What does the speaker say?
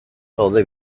gaude